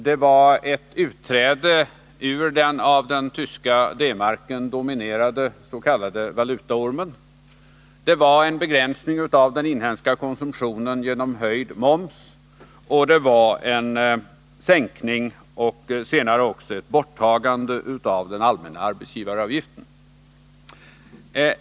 Det var ett utträde ur den av den tyska D-marken dominerade s.k. valutaormen. Det var en begränsning av den inhemska konsumtionen genom höjd moms. Och det var en sänkning och senare ett borttagande av den allmänna arbetsgivaravgiften.